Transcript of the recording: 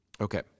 Okay